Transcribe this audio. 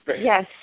Yes